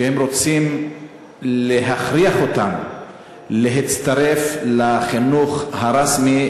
הם רוצים להכריח אותם להצטרף לחינוך הרשמי,